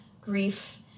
grief